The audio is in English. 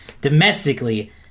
Domestically